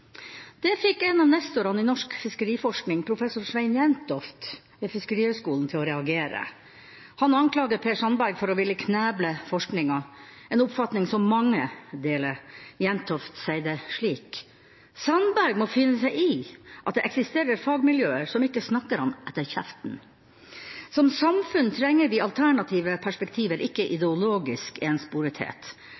Det fikk en av nestorene i norsk fiskeriforskning, professor Svein Jentoft ved Fiskerihøgskolen, til å reagere. Han anklager Per Sandberg for å ville kneble forskninga, en oppfatning som mange deler. Jentoft sier det slik: «Sandberg må finne seg i at det eksisterer fagmiljøer som ikke snakker han etter kjeften. Som samfunn trenger vi alternative perspektiver, ikke